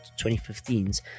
2015s